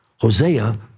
Hosea